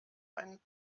einen